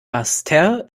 basseterre